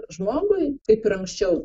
žmogui kaip ir anksčiau